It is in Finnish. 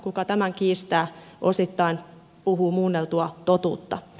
kuka tämän kiistää osittain puhuu muunneltua totuutta